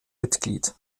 mitglied